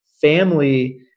family